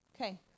Okay